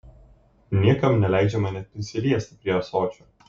niekam neleidžiama net prisiliesti prie ąsočio